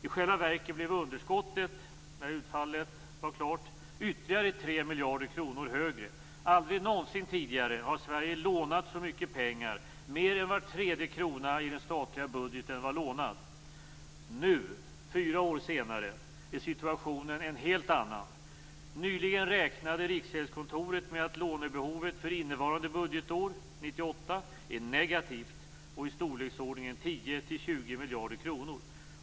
I själva verket blev underskottet när utfallet var klart ytterligare 3 miljarder kronor högre. Aldrig någonsin tidigare har Sverige lånat så mycket pengar. Mer än var tredje krona i den statliga budgeten vara lånad. Nu, fyra år senare, är situationen en helt annan. Nyligen räknade Riksgäldskontoret med att lånebehovet för innevarande budgetår 1998 är negativt och i storleksordningen 10-20 miljarder kronor.